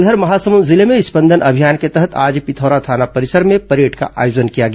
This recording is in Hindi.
उधर महासमुंद जिले में स्पंदन अभियान के तहत आज पिथौरा थाना परिसर में परेड का आयोजन किया गया